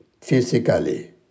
physically